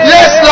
Yes